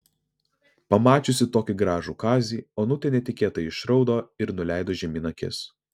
pamačiusi tokį gražų kazį onutė netikėtai išraudo ir nuleido žemyn akis